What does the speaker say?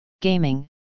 gaming